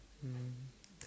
mm